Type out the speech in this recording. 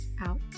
out